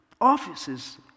offices